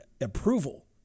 approval